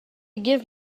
give